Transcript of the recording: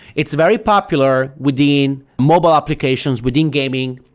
it's very popular within mobile applications, within gaming,